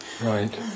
Right